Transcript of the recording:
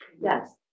yes